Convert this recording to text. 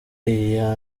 iya